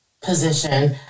position